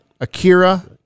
Akira